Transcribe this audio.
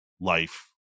life